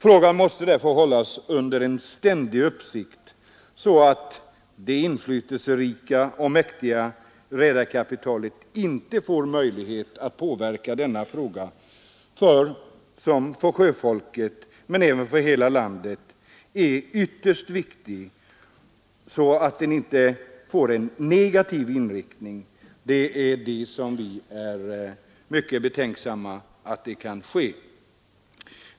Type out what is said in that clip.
Frågan måste därför hållas under ständig uppsikt så att det inflytelserika och mäktiga redarkapitalet inte får möjlighet att i negativ riktning påverka denna för sjöfolket men även för hela landet ytterst viktiga fråga. Detta är vi mycket betänksamma inför.